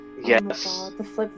Yes